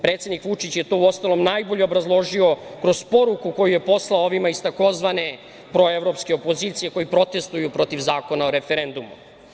Predsednik Vučić je to, uostalom, najbolje obrazložio kroz poruku koju je poslao ovima iz takozvane proevropske opozicije koji protestuju protiv Zakona o referendumu.